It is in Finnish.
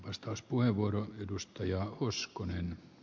arvoisa herra puhemies